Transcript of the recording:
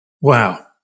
Wow